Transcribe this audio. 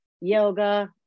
yoga